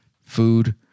food